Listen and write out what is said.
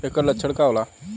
ऐकर लक्षण का होला?